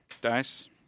Dice